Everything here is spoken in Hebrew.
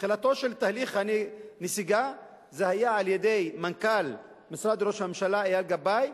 תחילתו של תהליך הנסיגה היה על-ידי מנכ"ל משרד ראש הממשלה אייל גבאי,